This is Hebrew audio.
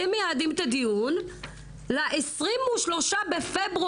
אתם מייעדים את הדיון ל-23 בפברואר,